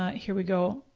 ah here we go.